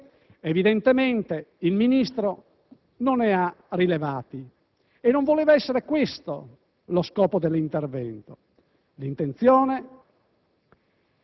Signor Presidente, con il presente atto non si vuole modificare - cosa peraltro legittima - una legge attualmente in vigore,